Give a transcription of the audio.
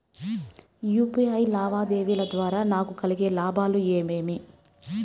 UPI లావాదేవీల ద్వారా నాకు కలిగే లాభాలు ఏమేమీ?